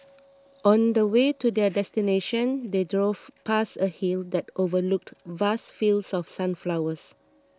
on the way to their destination they drove past a hill that overlooked vast fields of sunflowers